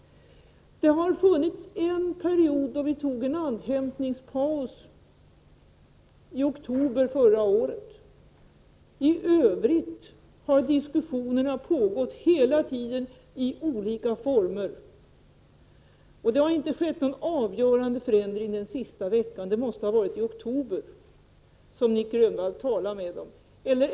Det har funnits en period under vilken vi gjorde en andhämtningspaus, nämligen i oktober förra året. I övrigt har diskussionerna pågått hela tiden i olika former. Det har inte skett någon avgörande förändring den senaste veckan. Det måste ha varit i oktober som Nic Grönvall hade sina samtal.